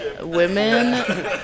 Women